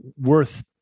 worth